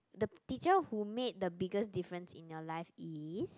the teacher who made the biggest difference in your life is